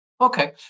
Okay